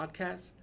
podcast